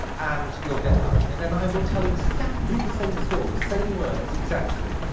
and you'll get nothing. and then i will tell exactly the same story, same words exactly,